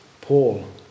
Paul